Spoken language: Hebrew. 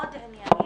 מאוד עניינית.